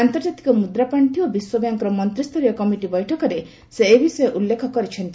ଆନ୍ତର୍ଜାତିକ ମୁଦ୍ରାପାଣ୍ଡି ଓ ବିଶ୍ୱବ୍ୟାଙ୍କର ମନ୍ତ୍ରୀ ସ୍ତରୀୟ କମିଟି ବୈଠକରେ ସେ ଏ ବିଷୟ ଉଲ୍ଲେଖ କରିଛନ୍ତି